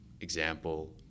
example